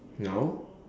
now